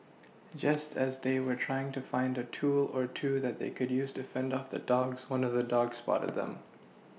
just as they were trying to find a tool or two that they could use to fend off the dogs one of the dogs spotted them